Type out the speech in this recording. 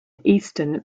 easton